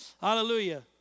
Hallelujah